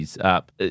Up